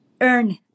earn